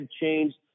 changed